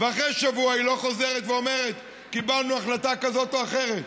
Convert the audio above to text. ואחרי שבוע היא לא חוזרת ואומרת: קיבלנו החלטה כזאת או אחרת.